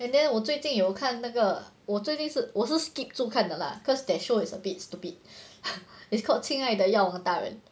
and then 我最近有看那个我最近是我是 skipped 着看的 lah cause that show is a bit stupid it's called 亲爱的药王大人